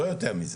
לא יותר מזה.